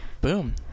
Boom